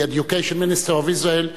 the Education Minister of Israel,